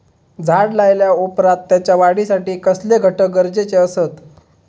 झाड लायल्या ओप्रात त्याच्या वाढीसाठी कसले घटक गरजेचे असत?